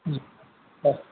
হয়